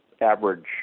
average